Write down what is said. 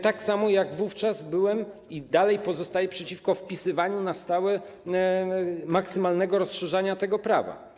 Tak samo jak wówczas byłem - i dalej pozostaję - przeciwko wpisywaniu na stałe maksymalnego rozszerzania tego prawa.